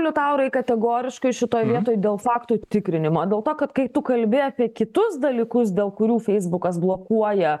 liutaurai kategoriškai šitoj vietoj dėl faktų tikrinimo dėl to kad kai tu kalbi apie kitus dalykus dėl kurių feisbukas blokuoja